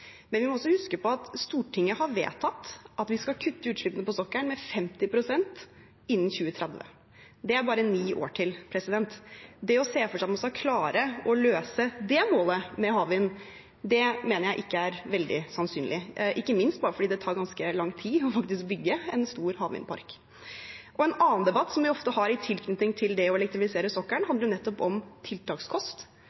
skal kutte utslippene på sokkelen med 50 pst. innen 2030. Det er bare ni år til. Det å se for seg at man skal klare å nå det målet med havvind, mener jeg ikke er veldig sannsynlig, ikke minst fordi det faktisk tar ganske lang tid å bygge en stor havvindpark. En annen debatt vi ofte har i tilknytning til det å elektrifisere sokkelen,